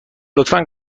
لطفا